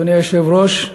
אדוני היושב-ראש,